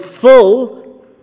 full